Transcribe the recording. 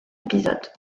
épisodes